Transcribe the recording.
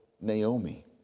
Naomi